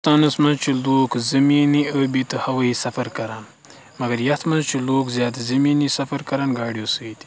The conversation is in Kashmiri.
ہِندوستانَس منٛز چھِ لوٗکھ زٔمیٖنی ٲبی تہٕ ہوٲیی سَفر کَران مگر یَتھ منٛز چھِ لوٗکھ زیادٕ زٔمیٖنی سَفر کَران گاڑیو سۭتۍ